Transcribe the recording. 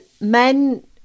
men